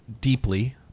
deeply